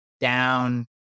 down